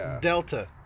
Delta